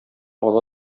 ала